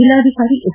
ಜಿಲ್ಲಾಧಿಕಾರಿ ಎಚ್